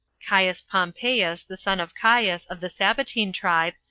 caius pompeius, the son of caius, of the sabbatine tribe,